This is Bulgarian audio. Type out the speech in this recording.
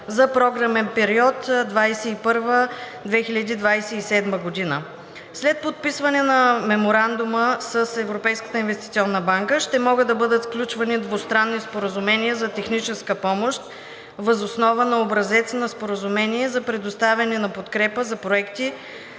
за програмен период 2021 – 2027 г. След подписване на Меморандума с Европейската инвестиционна банка ще могат да бъдат сключвани двустранни споразумения за техническа помощ въз основа на образец на Споразумение за предоставяне на подкрепа за проекти